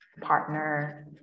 partner